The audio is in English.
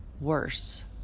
worse